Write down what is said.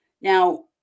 now